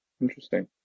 Interesting